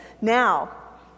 now